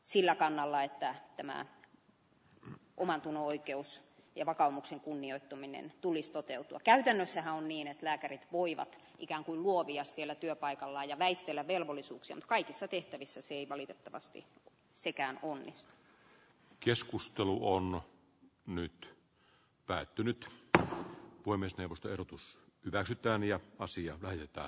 sillä kannalla että tämän nukkumatun oikeus ja vakaumuksen kunnioittaminen tulisi toteutua käytännössä on niin et lääkärit puivat ikäänkuin muotia sillä työpaikalla ja väistelee velvollisuuksia kaikissa tehtävissä se ei valitettavasti sekään kun nyt keskustelu on nyt päättynyt että voimistelusta ehdotus hyväksytään ja passia rajoittaa